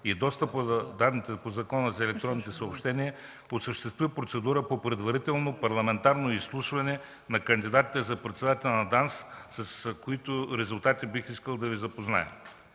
и достъпа до данните по Закона за електронните съобщения осъществи процедура по предварително парламентарно изслушване на кандидатите за председател на ДАНС, с които резултати бих искал да Ви запозная.